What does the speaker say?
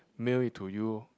mail it to you